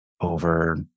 over